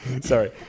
sorry